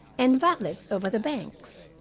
and violets over the banks.